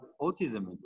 autism